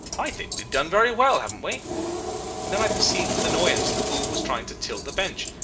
i think we have done very well, haven't we and then i perceived with annoyance the fool was trying to tilt the bench.